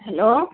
hello